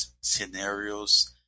scenarios